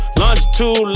longitude